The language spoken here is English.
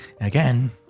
Again